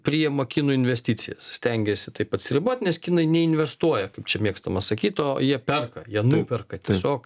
priema kinų investicijas stengiasi taip atsiribot nes kinai neinvestuoja kaip čia mėgstama sakyt o jie perka jie nuperka tiesiog